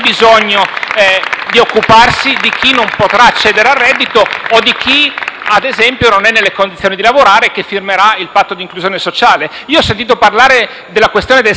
di occuparsi di chi non potrà accedere al reddito o di chi, ad esempio, non è nelle condizioni di lavorare e firmerà il patto di inclusione sociale. Ho sentito parlare della questione del salario,